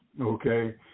Okay